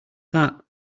that